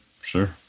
sure